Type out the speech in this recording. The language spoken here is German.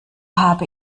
habe